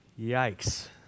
Yikes